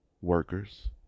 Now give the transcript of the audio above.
workers